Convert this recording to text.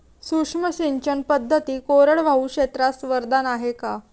सूक्ष्म सिंचन पद्धती कोरडवाहू क्षेत्रास वरदान आहे का?